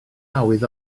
awydd